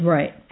Right